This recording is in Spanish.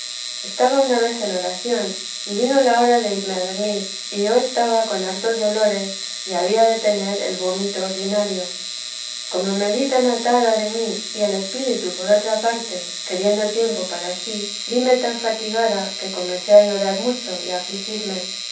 estaba una vez en oración y vino la hora de ir a dormir y yo estaba con hartos dolores y había de tener el vómito ordinario como me vi tan atada de mí y el espíritu por otra parte queriendo tiempo para sí vimetan fatigada que comencé a llorar mucho y